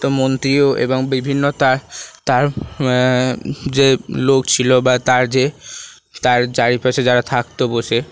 তো মন্ত্রীও এবং বিভিন্নতা তার যে লোক ছিল বা তার যে তার চারিপাশে যারা থাকতো বসে